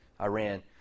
Iran